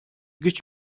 güç